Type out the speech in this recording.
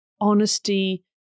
honesty